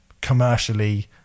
commercially